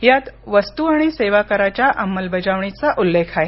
यात वस्तू आणि सेवा कराच्या अंमलबजावणीचा उल्लेख आहे